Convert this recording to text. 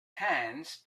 hands